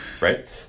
Right